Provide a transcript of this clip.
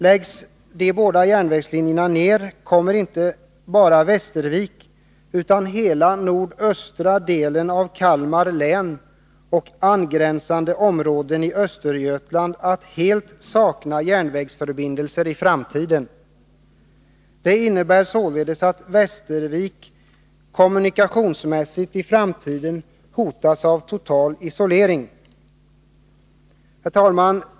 Läggs de båda järnvägslinjerna ner, kommer inte bara Västervik utan hela nordöstra delen av Kalmar län och angränsande områden i Östergötland att helt sakna järnvägsförbindelser i framtiden. Det innebär således att Västervik kommunikationsmässigt i framtiden hotas av total isolering. Herr talman!